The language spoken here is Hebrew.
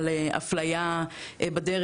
על אפליה בדרך.